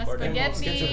Spaghetti